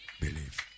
Believe